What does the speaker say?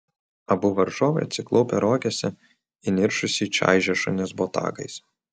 abu varžovai atsiklaupę rogėse įniršusiai čaižė šunis botagais